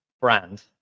brand